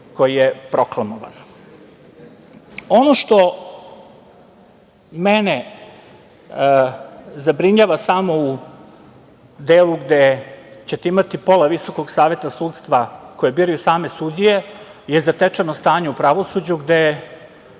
koji je proklamovan. Ono što mene zabrinjava samo u delu gde ćete imati pola visokog Saveta sudstva koje biraju same sudije je zatečeno stanje u pravosuđu, gde